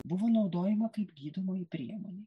buvo naudojama kaip gydomoji priemonė